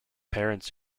parents